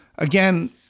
Again